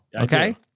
Okay